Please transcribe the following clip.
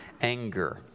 anger